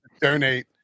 donate